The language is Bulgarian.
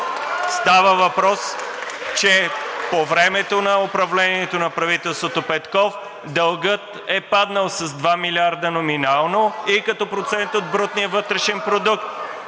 Става въпрос, че по време на управлението на правителството Петков дългът е паднал с 2 милиарда номинално и като процент от брутния вътрешен продукт.